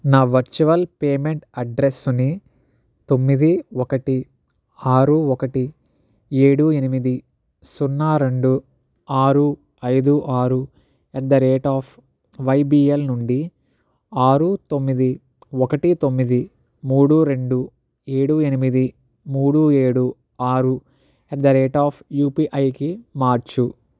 నా virtual payment అడ్రస్ని తొమ్మిది ఒకటి ఆరు ఒకటి ఏడు ఎనిమిది సున్నా రెండు ఆరు ఐదు ఆరు at the rate of YBL నుండి ఆరు తొమ్మిది ఒకటి తొమ్మిది మూడు రెండు ఏడు ఎనిమిది మూడు ఏడు ఆరు అట్ ది రేట్ ఆఫ్ యూపిఐకి మార్చు